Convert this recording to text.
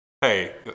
hey